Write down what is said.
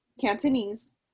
Cantonese